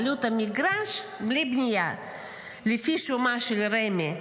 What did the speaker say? עלות המגרש בלי בנייה לפי שומה של רמ"י: